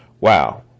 Wow